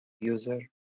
user